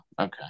Okay